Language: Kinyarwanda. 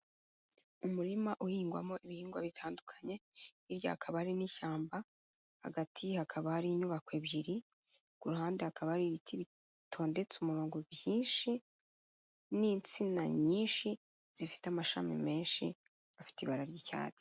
Umurima uhingwamo ibihingwa bitandukanye, hirya hakaba hari n'ishyamba hagati, hakaba hari inyubako ebyiri ku ruhande hakaba hari ibiti bitondetse umurongo byinshi n'insina nyinshi zifite amashami menshi afite ibara ry'icyatsi.